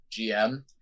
GM